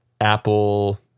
Apple